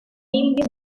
mil